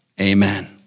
Amen